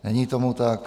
Není tomu tak.